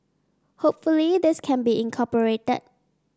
hopefully this can be incorporated